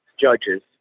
judges